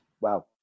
Wow